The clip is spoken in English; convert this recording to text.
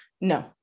No